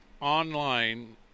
online